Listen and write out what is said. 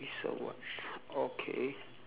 it's a what okay